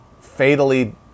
fatally